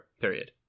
Period